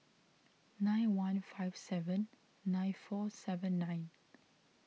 nine one five seven nine four seven nine